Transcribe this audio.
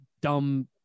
dumb